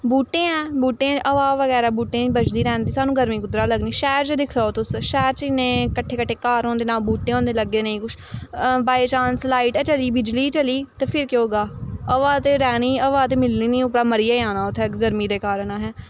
बूह्टे ऐं बूह्टें च हवा बगैरा बूह्टें च बझदी रैंह्दी सानूं गर्मी कुद्धरा लग्गनी शैह्र च दिक्खी लैओ तुस शैह्र च इन्ने कट्ठे कट्ठे घर होंदे ना बूह्टे होंदे लग्गे ना कुछ बाई चांस लाइट गै चली गेई बिजली गै चली ते फिर केह् होग्गा हवा ते रैह्नी हवा ते मिलनी निं उप्परा मरी गै जाना उत्थै गर्मी दे कारण असें